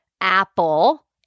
Apple